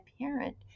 parent